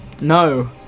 No